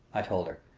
i told her.